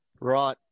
Right